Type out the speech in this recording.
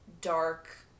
Dark